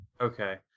okay